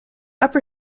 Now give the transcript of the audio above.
upper